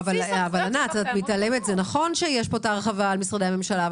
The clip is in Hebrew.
זה נכון שיש פה ההרחבה על משרדי הממשלה,